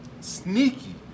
Sneaky